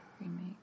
Remake